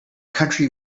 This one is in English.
country